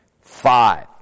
Five